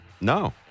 No